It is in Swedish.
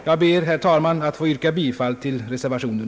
Jag ber, herr talman, att få yrka bifall till reservationen.